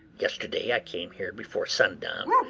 yesterday i came here before sundown,